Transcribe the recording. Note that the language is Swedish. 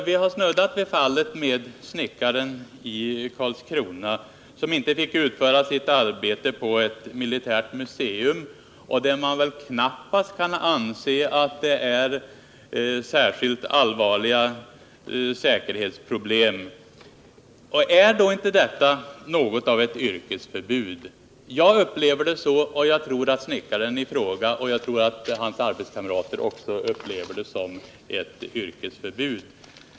Vi har snuddat vid fallet med snickaren i Karlskrona, som inte fick utföra sitt jobb på ett militärt museum, där det väl knappast kan finnas några allvarliga säkerhetsproblem. Är då inte detta något av ett yrkesförbud? Jag upplever det så, och jag tror att snickaren i fråga och hans arbetskamrater upplever det som ett yrkesförbud.